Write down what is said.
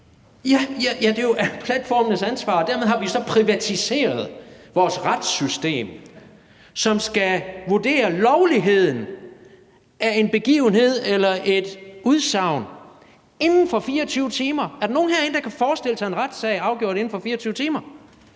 Ja, det er jo platformenes ansvar, og dermed har vi så privatiseret vores retssystem. De skal vurdere lovligheden af en begivenhed eller et udsagn inden for 24 timer. Er der nogen herinde, der kan forestille sig en retssag afgjort inden for 24 timer?